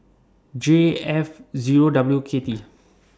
J F Zero W K T